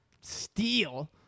steal